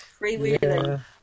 Freewheeling